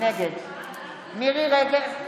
נגד מירי מרים רגב,